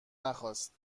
نخواست